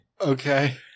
Okay